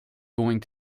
going